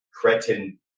cretin-